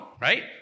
right